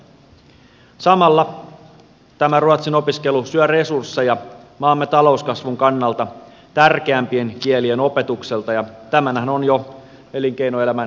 samalla tämä ruotsin opiskelu syö resursseja maamme talouskasvun kannalta tärkeämpien kielien opetukselta ja tämänhän on jo elinkeinoelämän keskusliittokin todennut